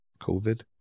covid